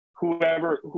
whoever